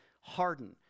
harden